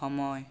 সময়